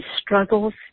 struggles